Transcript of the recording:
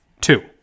two